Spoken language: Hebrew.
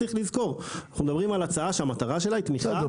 צריך לזכור שאנחנו מדברים על הצעה שהמטרה שלה היא תמיכה --- בסדר,